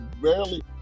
rarely